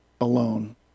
alone